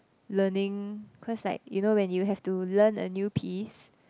learning cause like you know when you have to learn a new piece